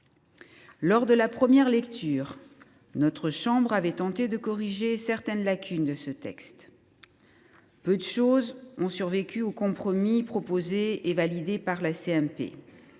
Lors de la première lecture, notre chambre avait tenté de corriger certaines lacunes de ce texte. Rares sont les propositions qui ont survécu aux compromis proposés et validés par la CMP,